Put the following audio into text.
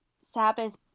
Sabbath